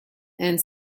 and